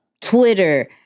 Twitter